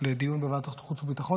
לדיון בוועדת החוץ והביטחון.